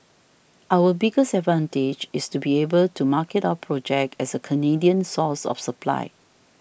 our biggest advantage is to be able to market our project as a Canadian source of supply